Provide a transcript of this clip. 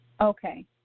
Okay